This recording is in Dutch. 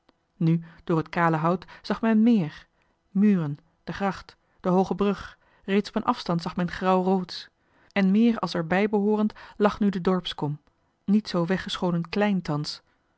nu door het kale hout zag men meer muren de gracht de hooge brug reeds op een afstand zag men grauwrood en meer als erbijbehoorend lag nu de dorpskom niet zoo weggescholen klein thans